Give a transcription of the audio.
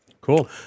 Cool